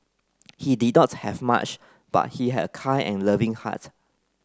he did not have much but he had a kind and loving heart